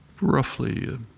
roughly